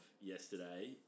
yesterday